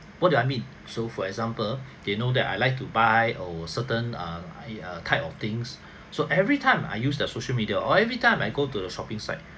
what do I mean so for example they know that I like to buy or certain uh uh type of things so every time I use their social media every time I go to the shopping site